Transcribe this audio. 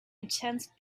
intense